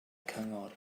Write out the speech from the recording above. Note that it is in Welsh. cyngor